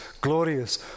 glorious